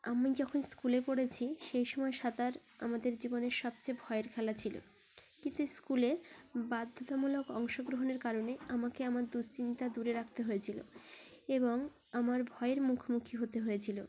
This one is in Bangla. আমি যখন স্কুলে পড়েছি সেই সময় সাঁতার আমাদের জীবনের সবচেয়ে ভয়ের খেলা ছিল কিন্তু স্কুলে বাধ্যতামূলক অংশগ্রহণের কারণে আমাকে আমার দুশ্চিন্তা দূরে রাখতে হয়েছিল এবং আমার ভয়ের মুখোমুখি হতে হয়েছিল